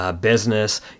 business